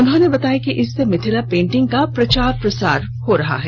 उन्होंने बताया कि इससे मिथिला पेंटिंग का प्रचार प्रसार हो रहा है